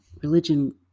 religion